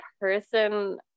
person